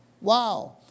Wow